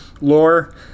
lore